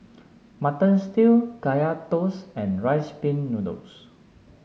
Mutton Stew Kaya Toast and Rice Pin Noodles